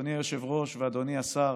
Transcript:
אדוני היושב-ראש ואדוני השר,